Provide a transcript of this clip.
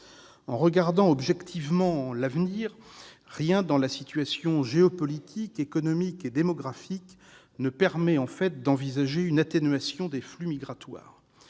En regardant objectivement l'avenir, rien dans la situation géopolitique, économique et démographique ne permet d'envisager une atténuation des flux migratoires.